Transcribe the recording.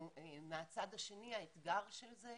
מהצד השני האתגר של זה,